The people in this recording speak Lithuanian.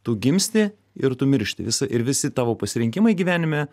tu gimsti ir tu numiršti visa ir visi tavo pasirinkimai gyvenime